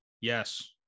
Yes